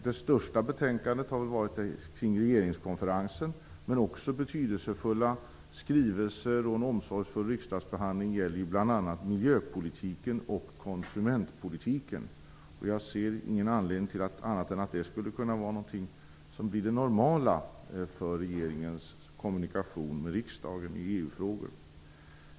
Det största betänkandet har väl varit det kring regeringskonferensen, men betydelsefulla skrivelser och en omsorgsfull riksdagsbehandling har varit aktuella också i fråga om bl.a. miljöpolitiken och konsumentpolitiken. Jag ser ingen anledning till att ett sådant förfarande inte skulle kunna bli det normala för regeringens kommunikation med riksdagen i EU-frågor.